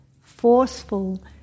forceful